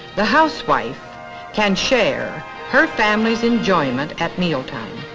the housewife can share her family's enjoyment at mealtime.